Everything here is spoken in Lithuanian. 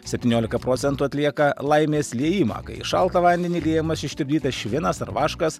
septyniolika procentų atlieka laimės liejimą kai į šaltą vandenį liejamas ištirpdytas švinas ar vaškas